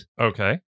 Okay